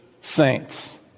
saints